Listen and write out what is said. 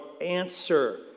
answer